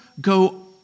go